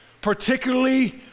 particularly